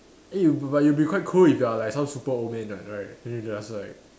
eh you but you'll be quite cool if you are like some super old man right right then you just like